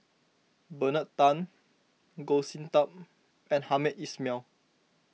Bernard Tan Goh Sin Tub and Hamed Ismail